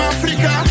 Africa